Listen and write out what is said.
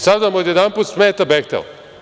Sada vam odjedanput smeta „Behtel“